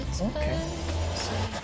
okay